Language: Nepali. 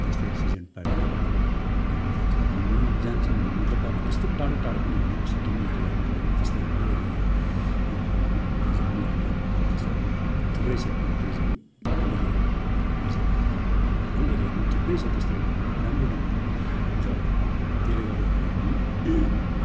त्यस्तै सिजन पारेर हामी घुम्नु जान्छ अब घुम्नु जान्छु भन्नुको मतलब अब त्यस्तो टाढो टाढो पनि होइन सिक्किम एरियाहरू भयो जस्तै हाम्रै एरिया दार्जिलिङ एरियाहरू त्यस्तो अब थुप्रै छ टु टुरिज्म एरियाहरू घुम्ने जग्गाहरू है हाम्रै एरियामा पनि थुप्रै छ त्यस्तो राम्रो राम्रो जग्गाहरू त्यसले गर्दाखेरि हामी